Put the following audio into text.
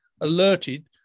alerted